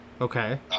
Okay